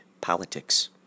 Politics